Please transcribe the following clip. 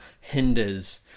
hinders